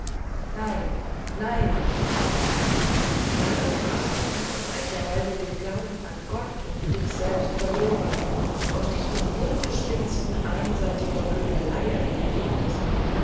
nein nein rief s in mir darum warst du verbrecher weil du den glauben an gott und dich selbst verloren und dich den hirngespinsten einseitiger klügelei ergeben hattest